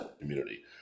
community